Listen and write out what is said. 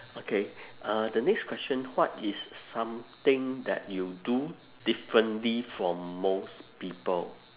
okay uh the next question what is something that you do differently from most people